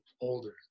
older